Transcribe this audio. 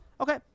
Okay